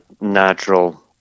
natural